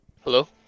Hello